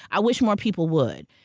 i wish more people would,